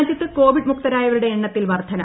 രാജ്യത്ത് കോവിഡ് മുക്തരായവരുടെ എണ്ണത്തിൽ വർദ്ധന